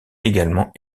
également